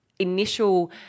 initial